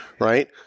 right